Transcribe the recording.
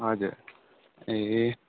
हजुर ए